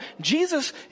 Jesus